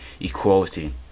equality